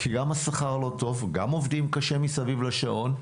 כי גם השכר לא טוב, גם עובדים קשה מסביב לשעון.